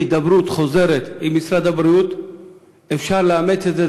בהידברות חוזרת עם משרד הבריאות אפשר לאמץ את זה,